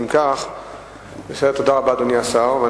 תודה רבה, אדוני השר.